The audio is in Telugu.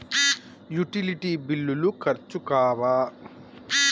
యుటిలిటీ బిల్లులు ఖర్చు కావా?